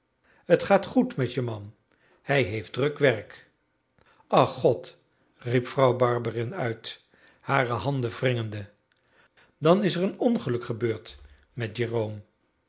t gaat goed met je man hij heeft druk werk ach god riep vrouw barberin uit hare handen wringende dan is er een ongeluk gebeurd met